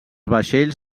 vaixells